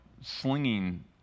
slinging